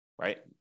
right